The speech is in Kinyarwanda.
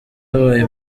habaye